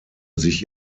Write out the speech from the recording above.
sich